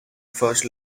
first